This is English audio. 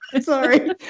Sorry